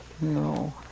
No